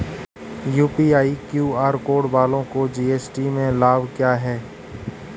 UPI QR code वालों को GST में लाभ क्या है?